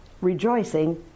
rejoicing